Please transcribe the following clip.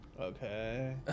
Okay